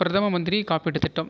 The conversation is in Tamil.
பிரதம மந்திரி காப்பீட்டு திட்டம்